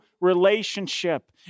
relationship